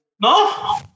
No